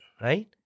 right